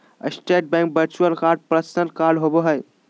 state Bank virtual card personal card होबो हइ